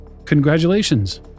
Congratulations